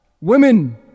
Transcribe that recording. Women